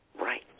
right